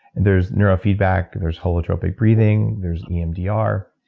there's neurofeedback. there's holotropic breathing. there's emdr.